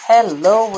Hello